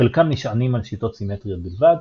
חלקם נשענים על שיטות סימטריות בלבד,